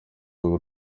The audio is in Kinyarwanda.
bwo